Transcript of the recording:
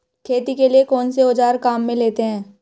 खेती के लिए कौनसे औज़ार काम में लेते हैं?